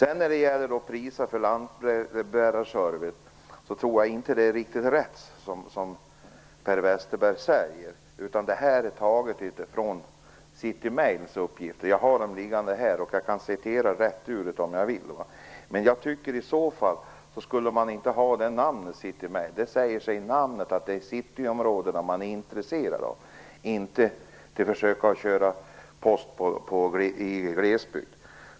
Jag tror inte att det Per Westerberg säger om priserna för lantbrevbärarservice är riktigt rätt. Det är taget från City-Mails uppgifter. Jag har dem liggande här. Jag kan citera ur dem om jag vill. Om de stämmer skulle man inte ha namnet City-Mail. Namnet säger att det är cityområdena man är intresserad av, och inte av att försöka köra post i glesbygd.